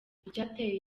icyateye